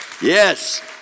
Yes